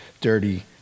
dirty